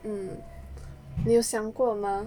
mm 你有想过吗